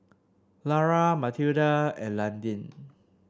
Lara Mathilda and Landin